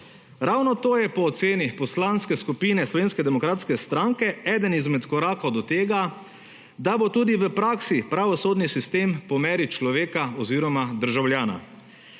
Ravno to je po oceni Poslanske skupine SDS eden izmed korakov do tega, da bo tudi v praksi pravosodni sistem po meri človeka oziroma državljana.